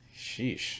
Sheesh